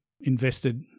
invested